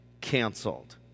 canceled